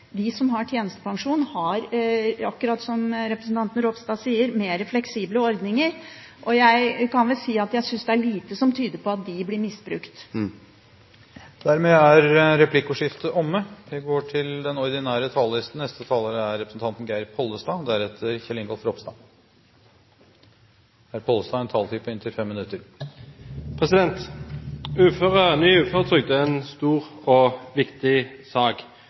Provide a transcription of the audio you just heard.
De som har tjenestepensjon, har, akkurat som representanten Ropstad sier, mer fleksible ordninger. Jeg kan vel si at jeg synes det er lite som tyder på at de blir misbrukt. Dermed er replikkordskiftet omme. Ny uføretrygd er en stor og viktig sak. Uføretrygden er en sentral del av vårt sikkerhetsnett, og ingen vet hvem som i framtiden kommer til å ha behov for denne ordningen. Det er